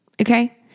Okay